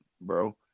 bro